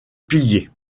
pilier